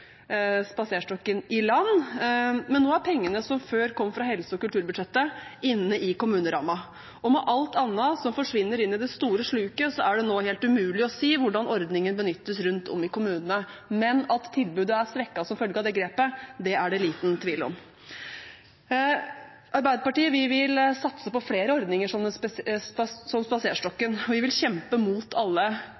«spaserstokken» i land, men nå er pengene som før kom fra helse- og kulturbudsjettet, inne i kommunerammen. Og som med alt annet som forsvinner inn i det store sluket, er det nå helt umulig å si hvordan ordningen benyttes rundt om i kommunene. Men at tilbudet er svekket som følge av det grepet, er det liten tvil om. Vi i Arbeiderpartiet vil satse på flere ordninger som «spaserstokken». Vi vil kjempe imot alle forsøk på kutt i den